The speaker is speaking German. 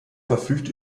verfügt